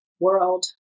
world